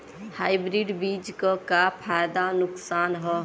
Hybrid बीज क का फायदा नुकसान ह?